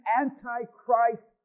anti-Christ